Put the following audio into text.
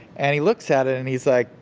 and he looks at it and he's like,